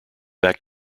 back